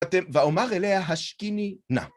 ואומר אליה השקיני נא.